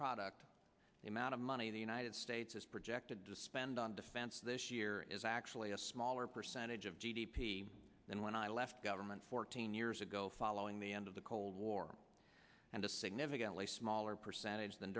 product the amount of money the united states is projected to spend on defense this year is actually a smaller percentage of g d p than when i left government fourteen years ago following the end of the cold war and a significantly smaller percentage th